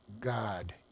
God